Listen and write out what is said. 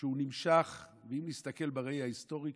שהוא נמשך, ואם נסתכל בראי ההיסטורי,